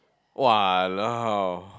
!walao!